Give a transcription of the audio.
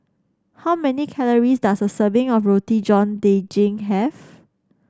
how many calories does a serving of Roti John Daging have